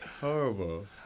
Horrible